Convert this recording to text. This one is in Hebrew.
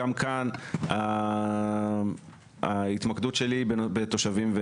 גם כאן ההתמקדות שלי היא בתושבים,